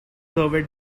survey